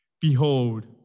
Behold